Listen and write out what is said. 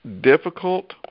difficult